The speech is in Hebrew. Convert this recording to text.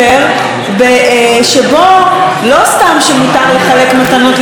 שבו לא רק שמותר לחלק מתנות לחברים,